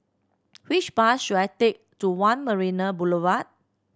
which bus should I take to One Marina Boulevard